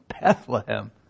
Bethlehem